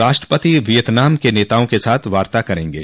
राष्ट्रपति वियतनाम के नेताओं के साथ वार्ता करेंगे